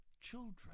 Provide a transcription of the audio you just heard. children